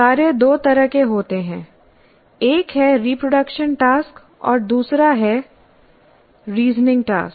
कार्य दो तरह के होते हैं एक है रिप्रोडक्शन टास्क और दूसरा है रीजनिंग टास्क